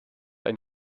ein